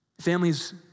families